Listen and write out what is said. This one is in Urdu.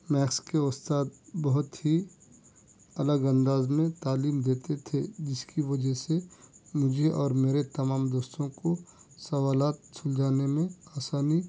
میکس کے استاد بہت ہی الگ انداز میں تعلیم دیتے تھے جس کی وجہ سے مجھے اور میرے تمام دوستوں کو سوالات سلجھانے میں آسانی